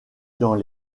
dans